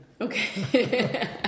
Okay